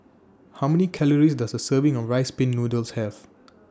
How Many Calories Does A Serving of Rice Pin Noodles Have